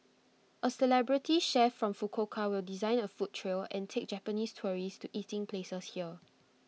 A celebrity chef from Fukuoka design A food trail and take Japanese tourists to eating places here